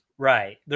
Right